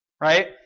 right